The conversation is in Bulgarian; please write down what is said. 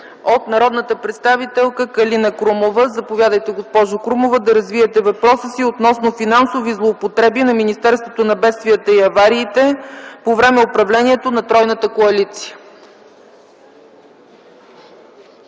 от народния представител Калина Крумова. Заповядайте, госпожо Крумова, да развиете въпроса си относно финансови злоупотреби на Министерството на бедствията и авариите по време на управлението на тройната коалиция.